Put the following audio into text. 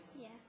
Yes